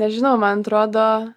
nežinau man atrodo